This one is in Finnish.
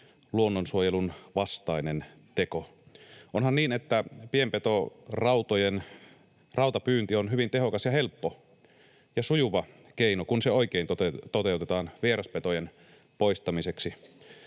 luonnonsuojelun vastainen teko. Onhan niin, että pienpetorautapyynti on hyvin tehokas ja helppo ja sujuva keino, kun se toteutetaan oikein vieraspetojen poistamiseksi.